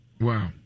wow